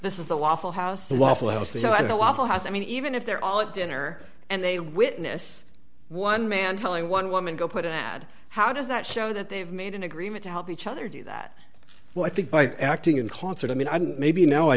this is the waffle house the waffle house that awful house i mean even if they're all at dinner and they witness one man telling one woman go put an ad how does that show that they've made an agreement to help each other do that well i think by acting in concert i mean i don't maybe now i